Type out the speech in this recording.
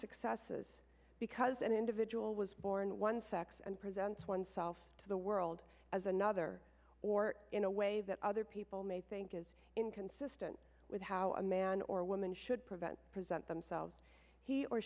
successes because an individual was born one sex and presents oneself to the world as another or in a way that other people may think is inconsistent with how a man or woman should prevent present themselves he or